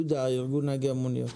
יהודה מארגון נהגי המוניות.